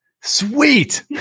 Sweet